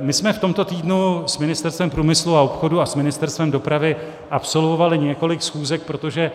My jsme v tomto týdnu s Ministerstvem průmyslu a obchodu a s Ministerstvem dopravy absolvovali několik schůzek, protože